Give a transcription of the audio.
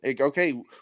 okay